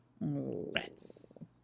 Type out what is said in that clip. Rats